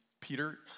Peter